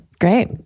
Great